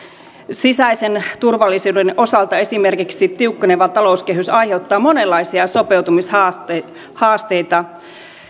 sisäisen turvallisuuden osalta esimerkiksi tiukkeneva talouskehys aiheuttaa monenlaisia sopeutumishaasteita